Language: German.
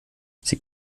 sie